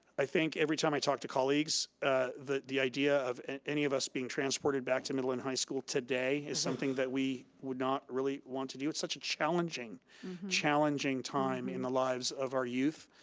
i think every time i talk to colleagues ah the the idea of any of us being transported back to middle and high school today is something that we would not really want to do. such a challenging challenging time in the lives of our youth,